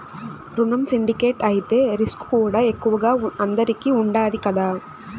రునం సిండికేట్ అయితే రిస్కుకూడా ఎక్కువగా అందరికీ ఉండాది కదా